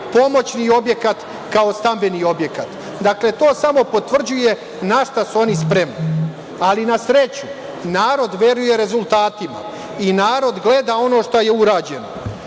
pomoćni objekat kao stambeni objekat. Dakle, to samo potvrđuje na šta su oni spremni. Ali, na sreću, narod veruje rezultatima i narod gleda ono što je urađeno. Isto